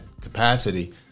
capacity